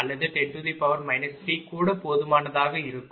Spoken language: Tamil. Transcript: அல்லது 10 3 கூட போதுமானதாக இருக்கும்